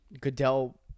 Goodell